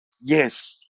Yes